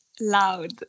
loud